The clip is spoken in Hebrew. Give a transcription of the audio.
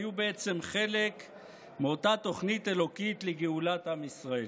היו בעצם חלק מאותה תוכנית אלוקית לגאולת עם ישראל.